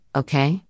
okay